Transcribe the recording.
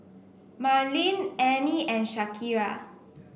Marleen Anie and Shakira